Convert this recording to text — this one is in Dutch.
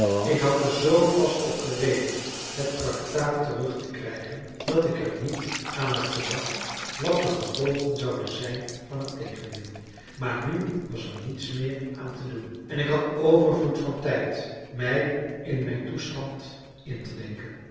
ik had er zoo vast op gerekend het tractaat terug te krijgen dat ik er niet aan had gedacht wat de gevolgen zouden zijn van het tegendeel maar nu was er niets meer aan te doen en ik had overvloed van tijd mij in mijn toestand in te denken